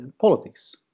politics